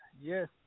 yes